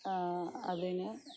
അതിന്